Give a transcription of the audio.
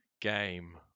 game